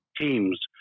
teams